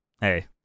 Hey